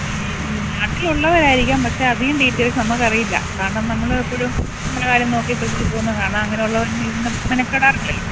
ഈ നാട്ടിൽ ഉള്ളവരായിരിക്കാം പക്ഷെ അധികം ഡീറ്റൈൽസ് നമുക്ക് അറിയില്ല കാരണം നമ്മള് എപ്പോഴും നമ്മളുടെ കാര്യം നോക്കി ശ്രദ്ധിച്ച് പോകുന്നത് കാണാം അങ്ങനെയുള്ളവർ ഇതിന് മെനക്കെടാറില്ലല്ലോ